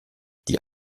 die